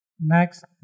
next